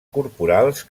corporals